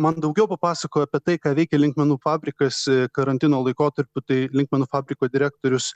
man daugiau papasakojo apie tai ką veikia linkmenų fabrikas karantino laikotarpiu tai linkmenų fabriko direktorius